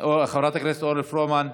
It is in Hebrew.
חברת הכנסת אורלי פרומן,